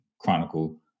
chronicle